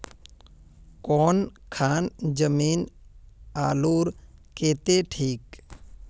कौन खान जमीन आलूर केते ठिक?